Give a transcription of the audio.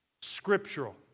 Scriptural